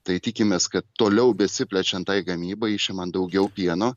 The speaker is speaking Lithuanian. tai tikimės kad toliau besiplečiant gamybai išimant daugiau pieno